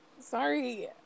Sorry